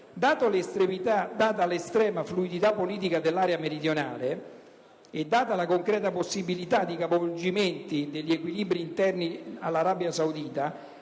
Data l'estrema fluidità politica dell'area mediorientale e la concreta possibilità di capovolgimenti degli equilibri interni all'Arabia Saudita,